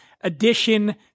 edition